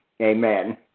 amen